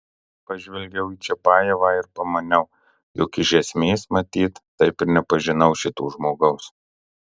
pažvelgiau į čiapajevą ir pamaniau jog iš esmės matyt taip ir nepažinau šito žmogaus